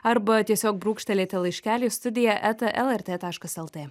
arba tiesiog brūkštelėti laiškelį studija eta lrt taškas lt